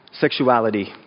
Sexuality